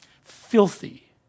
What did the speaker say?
filthy